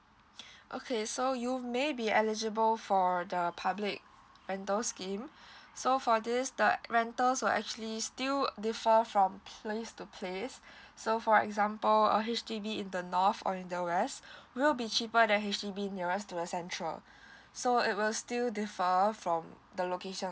okay so you may be eligible for the public rental scheme so for this the rental will actually still defer from place to place so for example a H_D_B in the north or in the west will be cheaper than H_D_B nearest to the central so it will still differ from the location